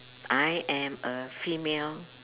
I am a female